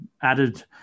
added